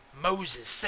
Moses